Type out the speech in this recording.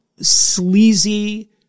sleazy